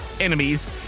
enemies